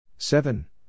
Seven